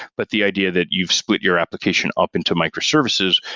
but the idea that you've split your application up into microservices.